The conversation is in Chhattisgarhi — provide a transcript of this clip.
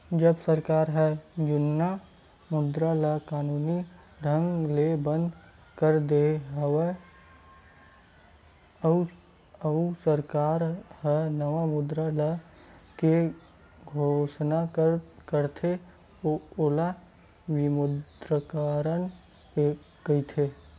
जब सरकार ह जुन्ना मुद्रा ल कानूनी ढंग ले बंद कर देथे, अउ सरकार ह नवा मुद्रा लाए के घोसना करथे ओला विमुद्रीकरन कहिथे